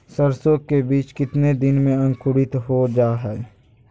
सरसो के बीज कितने दिन में अंकुरीत हो जा हाय?